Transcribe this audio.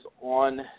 on –